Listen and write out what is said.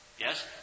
Yes